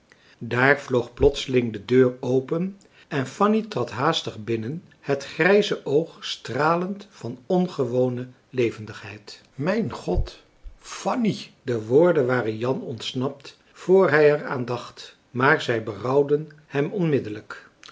daar vloog plotseling de deur open en fanny trad haastig binnen het grijze oog stralend van ongewone levendigheid mijn god fanny de woorden waren jan ontsnapt voor hij er aan dacht maar zij berouwden hem onmiddellijk